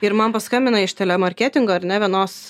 ir man paskambino iš telemarketingo ar ne vienos